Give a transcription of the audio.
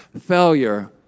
failure